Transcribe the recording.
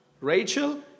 Rachel